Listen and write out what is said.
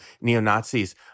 neo-Nazis